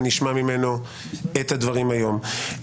ונשמע ממנו את הדברים היום.